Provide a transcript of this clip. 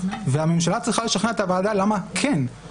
והממשלה צריכה לשכנע את הוועדה למה כן,